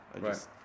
right